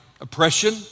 oppression